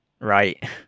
Right